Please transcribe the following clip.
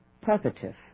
positive